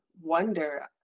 wonder